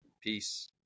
Peace